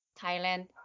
Thailand